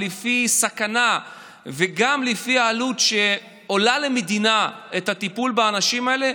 לפי הסכנה וגם לפי העלות שעולה למדינה הטיפול באנשים האלה,